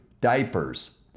diapers